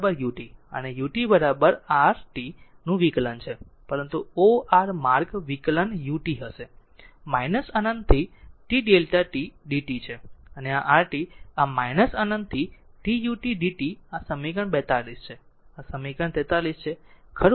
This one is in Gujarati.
જો આ Δ t ut અને ut rt નું વિકલન છે પરંતુ o r માર્ગ સંકલન ut હશે અનંત થી t Δ t d t છે અને rtઆ અનંત થી t ut d t સમીકરણ 42 છે અને સમીકરણ 43 છે ખરું